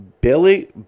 Billy